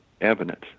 evidence